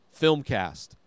Filmcast